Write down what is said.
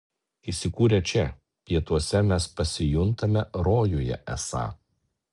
įsikūrę čia pietuose mes pasijuntame rojuje esą